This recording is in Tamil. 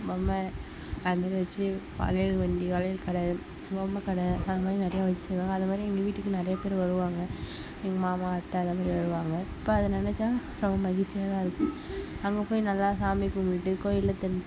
பொம்மை அதுமாதிரி வச்சு வளையல் வண்டி வளையல் கடை பொம்மை கடை அதுமாதிரி நிறைய வச்சு செய்வாங்க அதை மாதிரி எங்கள் வீட்டுக்கு நிறைய பேரு வருவாங்க எங்கள் மாமா அத்தை அந்தமாதிரி வருவாங்க இப்போ அதை நினச்சா ரொம்ப மகிழ்ச்சியாகதான் இருக்குது அங்கே போய் நல்லா சாமி கும்பிட்டுட்டு கோயிலை தென்